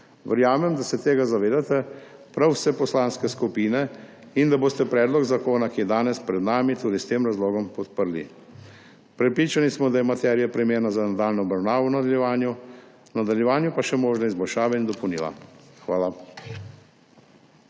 Verjamem, da se tega zavedate prav vse poslanske skupine in da boste predlog zakona, ki je danes pred nami, tudi s tem razlogom podprli. Prepričani smo, da je materija primerna za nadaljnjo obravnavo, v nadaljevanju pa so še možne izboljšave in dopolnila. Hvala.